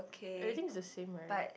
everything is the same right